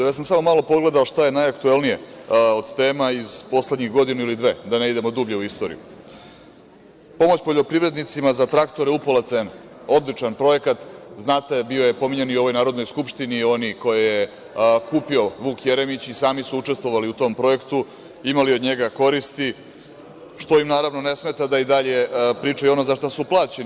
Ja sam samo malo pogledao šta je najaktuelnije od tema iz poslednjih godinu ili dve, da ne idemo dublje u istoriju, „Pomoć poljoprivrednicima za traktore upola cene“, odličan projekat, znate bio je pominjan i u ovoj Narodnoj skupštini, oni koje je kupio Vuk Jeremić i sami su učestvovali u tom projektu, imali od njega koristi, što im naravno ne smeta da i dalje pričaju ono za šta su plaćeni.